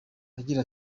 agira